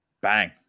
Bang